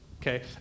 okay